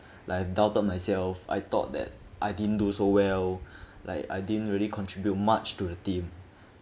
like I've doubted myself I thought that I didn't do so well like I didn't really contribute much to the team